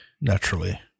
naturally